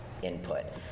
input